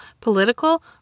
political